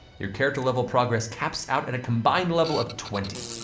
your character level progress caps out at a combined level of twenty,